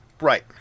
Right